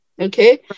Okay